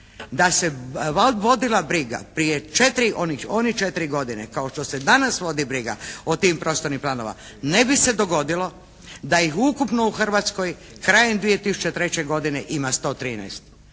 da se vodila briga prije 4, onih 4 godine kao što se danas vodi briga o tim prostornim planova ne bi se dogodilo da ih ukupno u Hrvatskoj krajem 2003. godine ima 113 od